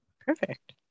perfect